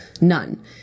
None